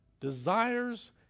Desires